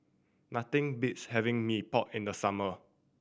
nothing beats having Mee Pok in the summer